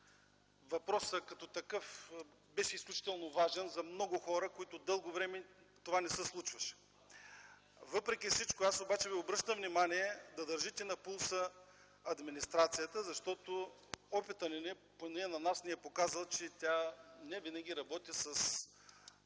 въпросът като такъв беше изключително важен за много хора, за които дълго време това не се случваше. Въпреки всичко аз обаче Ви обръщам внимание да държите на пулс администрацията, защото опитът поне на нас ни е показал, че тя не винаги работи с